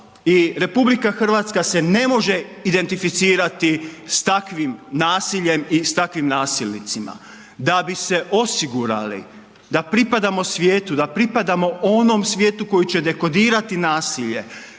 sabor i RH se ne može identificirati sa takvim nasiljem i sa takvim nasilnicima. Da bi se osigurali da pripadamo svijetu, da pripadamo onom svijetu koji će dekodirati nasilje